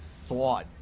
thought